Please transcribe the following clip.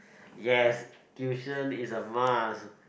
yes tuition is a must